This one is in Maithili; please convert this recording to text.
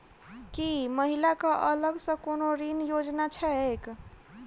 की महिला कऽ अलग सँ कोनो ऋण योजना छैक?